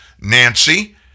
Nancy